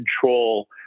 control